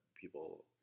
people